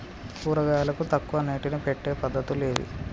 కూరగాయలకు తక్కువ నీటిని పెట్టే పద్దతులు ఏవి?